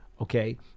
Okay